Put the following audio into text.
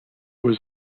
was